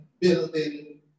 building